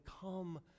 come